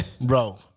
bro